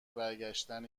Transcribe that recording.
برگشتن